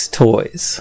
toys